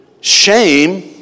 Shame